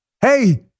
Hey